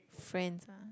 friends ah